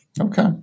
Okay